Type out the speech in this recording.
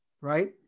right